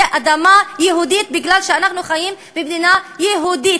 אדמה יהודית מכיוון שאנחנו חיים במדינה יהודית.